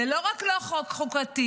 זה לא רק חוק לא חוקתי,